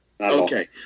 Okay